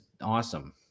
awesome